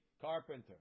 carpenter